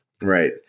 Right